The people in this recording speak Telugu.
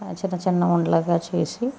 చిన్న చిన్న ఉండలుగా చేసి